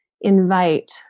invite